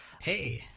hey